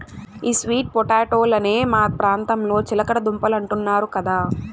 ఈ స్వీట్ పొటాటోలనే మా ప్రాంతంలో చిలకడ దుంపలంటున్నారు కదా